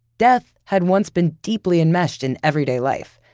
death had once been deeply enmeshed in everyday life.